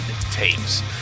Tapes